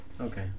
Okay